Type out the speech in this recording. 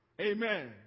amen